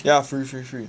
ya free free free